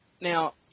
Now